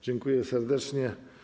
Dziękuję serdecznie.